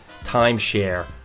timeshare